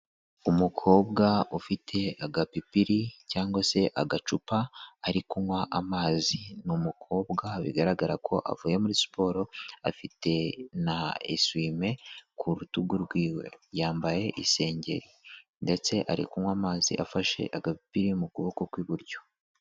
Umukobwa ufite agapipiri cyangwa se agacupa ari kunywa amazi n,umukobwa bigaragara ko avuye muri siporo afite na eswime ku rutugu rw'iwe yambaye isengeri ndetse ari kunywa amazi afashe agapipiri mu kuboko kw'iburyo.